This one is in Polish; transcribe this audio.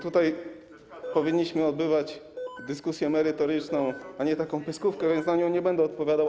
Tutaj powinniśmy prowadzić dyskusję merytoryczną, a nie taką pyskówkę, więc na nią nie będę odpowiadał.